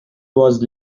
was